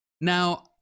Now